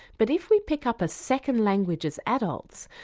but if we pick up a second language as adults,